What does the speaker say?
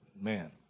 man